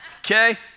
Okay